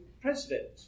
President